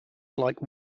like